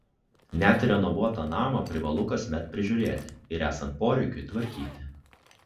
net ir renovuotą namą privalu kasmet prižiūrėti ir esant poreikiui tvarkyti